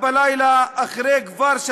גברתי